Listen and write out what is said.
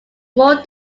more